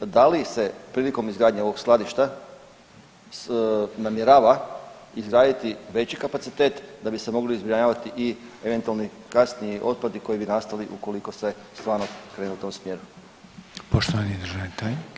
Da li se prilikom izgradnje ovog skladišta namjerava izgraditi veći kapacitet da bi se mogli zbrinjavati i eventualni kasniji otpadi koji bi nastali ukoliko se stvarno krene u tom smjeru?